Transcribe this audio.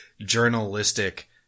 journalistic